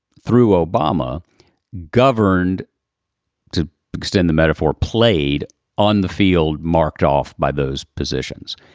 through obama governed to extend the metaphor played on the field marked off by those positions.